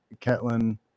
Ketlin